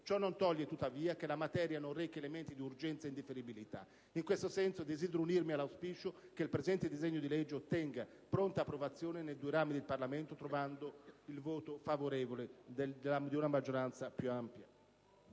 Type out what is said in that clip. ciò non toglie, tuttavia, che la materia non rechi elementi di urgenza e indifferibilità. In questo senso, desidero unirmi all'auspicio che il presente disegno di legge ottenga pronta approvazione nei due rami del Parlamento, trovando il voto favorevole di una maggioranza più ampia.